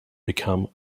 become